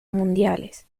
mundiales